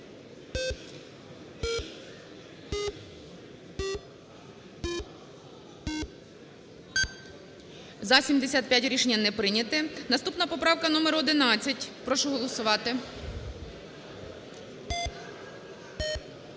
За-75 Рішення не прийняте. Наступна поправка - номер 11. Прошу голосувати.